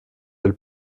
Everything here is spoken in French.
elle